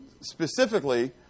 specifically